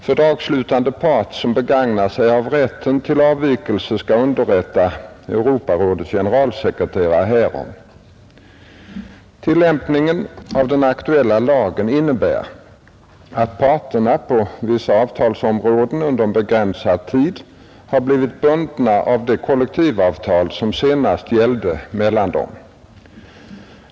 Fördragsslutande part som begagnar sig av rätten till avvikelse skall underrätta Europarådets generalsekreterare härom. Tillämpningen av den aktuella lagen innebär att parterna på vissa avtalsområden under en begränsad tid har blivit bundna av det kollektivavtal som senast gällde mellan dem.